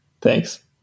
Thanks